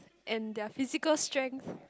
and their physical strength